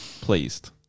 pleased